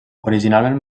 originalment